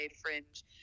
Fringe